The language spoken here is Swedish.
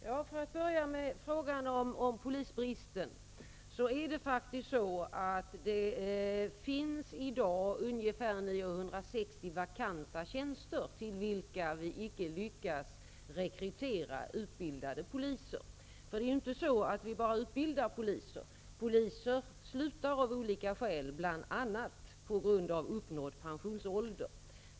Fru talman! Låt mig börja med frågan om polisbristen. Det är faktiskt så att det i dag finns ungefär 960 vakanta tjänster, till vilka vi icke lyckats rekrytera utbildade poliser. Det är inte bara så att vi utbildar poliser -- poliser slutar av olika skäl, bl.a. på grund av att de uppnått pensionsåldern.